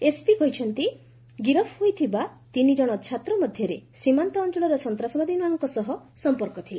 SP କହିଛନ୍ତି ଗିରଫ ହୋଇଥିବା ତିନି ଜଣ ଛାତ୍ରଙ୍କର ସୀମାନ୍ତ ଅଞ୍ଚଳରେ ସନ୍ତ୍ରାସବାଦୀମାନଙ୍କ ସହ ସମ୍ପର୍କ ଥିଲା